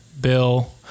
Bill